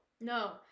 No